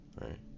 right